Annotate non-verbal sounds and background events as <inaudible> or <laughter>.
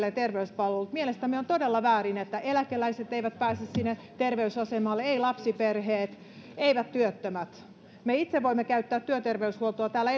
<unintelligible> ja terveyspalvelut mielestämme on todella väärin että eläkeläiset eivät pääse sinne terveysasemalle eivät lapsiperheet eivät työttömät me itse voimme käyttää työterveyshuoltoa täällä <unintelligible>